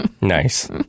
nice